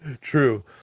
True